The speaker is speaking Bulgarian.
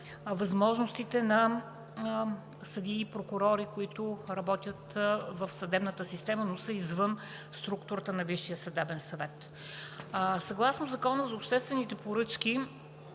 възможностите на съдии и прокурори, които работят в съдебната система, но са извън структурата на Висшия съдебен съвет. Съгласно Закона за обществените поръчки,